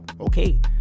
okay